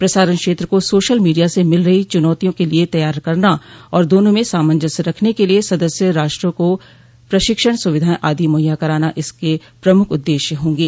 प्रसारण क्षेत्र को सोशल मीडिया से मिल रही चुनौतियों के लिए तैयार करना और दानों में सामंजस्य रखने के लिए सदस्य राष्ट्रों को प्रशिक्षण सुविधाएं आदि मुहैया कराना इसके प्रमुख उद्देश्य होंगे